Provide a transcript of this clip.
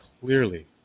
clearly